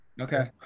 Okay